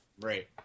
Right